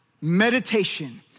meditation